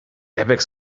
airbags